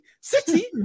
City